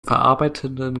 verarbeitenden